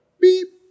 Beep